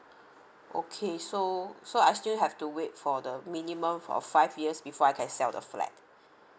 okay so so I still have to wait for the minimum for five years before I can sell the flat